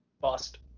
Bust